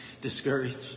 discouraged